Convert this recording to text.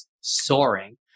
soaring